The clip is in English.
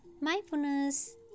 Mindfulness